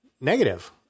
negative